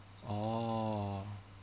oh